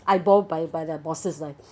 eyeballs by by the bosses like